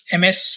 ms